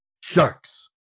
Sharks